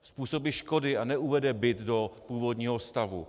Způsobí škody a neuvede byt do původního stavu.